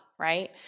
right